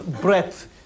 breath